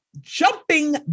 jumping